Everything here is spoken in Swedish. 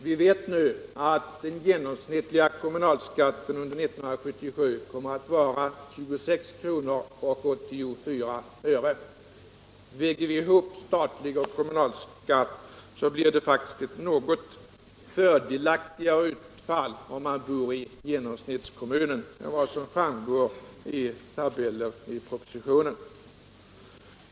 Vi vet nu att den genomsnittliga kommunalskatten under år 1977 kommer att vara 26 kronor 84 öre. Lägger vi ihop statlig och kommunal skatt blir det faktiskt ett något fördelaktigare utfall om man bor i genomsnittskommunen än vad som framgår av tabellen i propositionen.